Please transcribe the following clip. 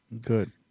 Good